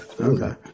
okay